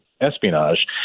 espionage